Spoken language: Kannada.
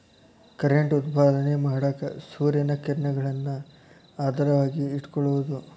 ಕರೆಂಟ್ ಉತ್ಪಾದನೆ ಮಾಡಾಕ ಸೂರ್ಯನ ಕಿರಣಗಳನ್ನ ಆಧಾರವಾಗಿ ಇಟಕೊಳುದು